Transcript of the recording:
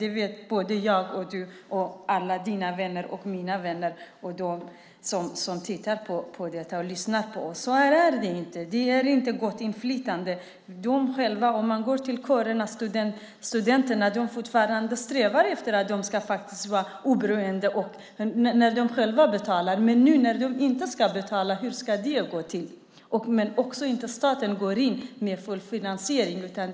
Det vet både du och jag, alla dina vänner och mina vänner och de som tittar och lyssnar på oss. Så är det inte. Det ger inte gott inflytande. Om man går till kårerna och studenterna strävar de fortfarande efter att vara oberoende och själva betala. Nu när de inte ska betala, hur ska det gå till? Staten går inte heller in med full finansiering.